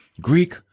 Greek